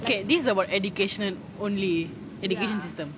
okay this about education only education system